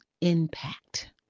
impact